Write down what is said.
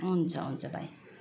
हुन्छ हुन्छ भाइ